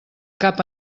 cap